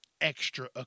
extra